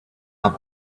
are